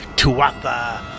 Tuatha